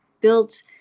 built